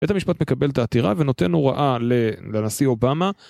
בית המשפט מקבל את העתירה ונותן הוראה לנשיא אובמה